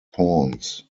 pawns